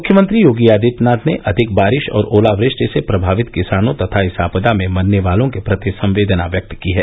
मुख्यमंत्री योगी आदित्यनाथ ने अधिक बारिश और ओलावृष्टि से प्रभावित किसानों तथा इस आपदा में मरने वालों के प्रति संवेदना व्यक्त की है